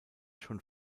schon